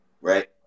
right